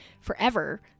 forever